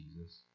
Jesus